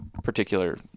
Particular